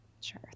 Sure